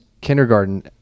kindergarten